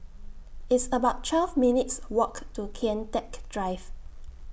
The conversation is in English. It's about twelve minutes' Walk to Kian Teck Drive